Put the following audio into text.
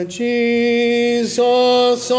jesus